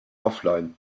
offline